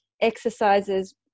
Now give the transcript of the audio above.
exercises